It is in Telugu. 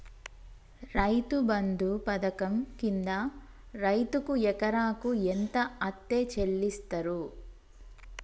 రైతు బంధు పథకం కింద రైతుకు ఎకరాకు ఎంత అత్తే చెల్లిస్తరు?